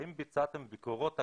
האם ביצעתם ביקורות אקטיביות?